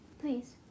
please